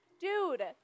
dude